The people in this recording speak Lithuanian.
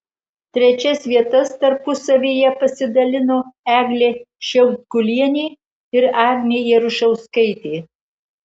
trečias vietas tarpusavyje pasidalino eglė šiaudkulienė ir agnė jarušauskaitė